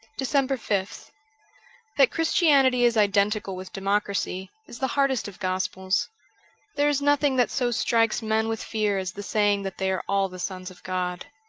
december fifth that christianity is identical with democracy, is the hardest of gospels there is nothing that so strikes men with fear as the saying that they are all the sons of god.